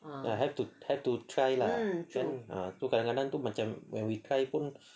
have to have to try lah kan tu kadang-kadang when we try pun